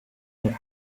mwaka